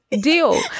deal